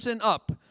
up